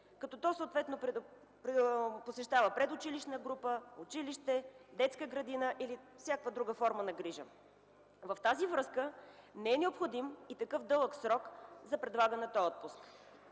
като то съответно посещава предучилищна група, училище, детска градина или всякаква друга форма на грижа. В тази връзка не е необходим и такъв дълъг срок за предлагания отпуск.